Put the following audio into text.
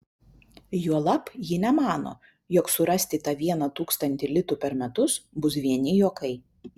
juolab ji nemano jog surasti tą vieną tūkstantį litų per metus bus vieni juokai